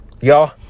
y'all